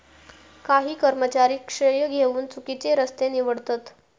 काही कर्मचारी श्रेय घेउक चुकिचे रस्ते निवडतत